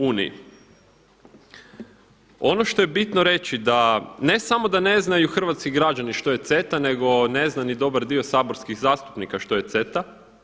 Ono što je bitno reći da ne samo da ne znaju hrvatski građani što je CETA nego ne zna ni dobar dio saborskih zastupnika što je CETA.